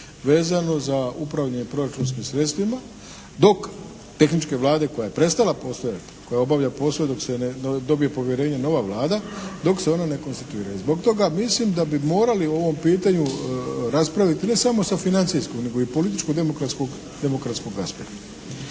vezano za upravljanje proračunskim sredstvima dok tehničke vlade koja je prestala postojati, koja obavlja poslove dok se ne dobije povjerenje nova Vlada, dok se ona ne konstituira. I zbog toga mislim da bi morali o ovom pitanju raspraviti ne samo sa financijskog nego i političko-demokratskog,